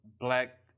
black